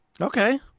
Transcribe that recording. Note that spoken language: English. okay